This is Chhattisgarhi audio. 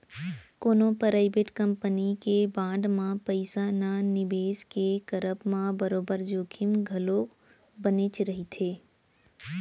कोनो पराइबेट कंपनी के बांड म पइसा न निवेस के करब म बरोबर जोखिम घलौ बनेच रहिथे